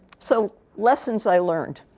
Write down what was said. so lessons i learned,